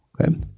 Okay